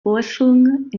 forschung